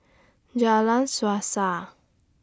Jalan Suasa